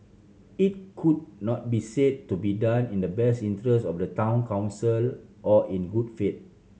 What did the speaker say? it could not be said to be done in the best interest of the Town Council or in good faith